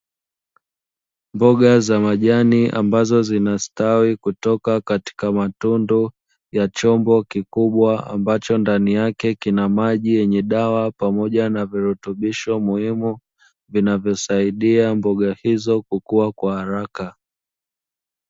Mboga za majani ambazo zinastawi kutoka katika matundu ya chombo kikubwa, ambacho ndani yake kina maji yenye dawa pamoja na virutubisho muhimu vinavyosaidia mboga hizo kukua kwa haraka.